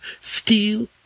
Steal